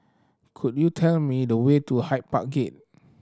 could you tell me the way to Hyde Park Gate